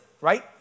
right